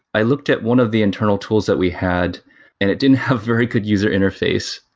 i looked at one of the internal tools that we had and it didn't have very good user interface.